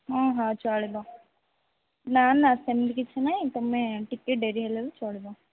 ହଁ ହଁ ଚଳିବ ନା ନା ସେମିତି କିଛି ନାହିଁ ତମେ ଟିକେ ଡେରି ହେଲେ ବି ଚଳିବ